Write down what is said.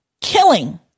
killing